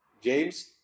James